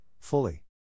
fully